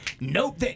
nope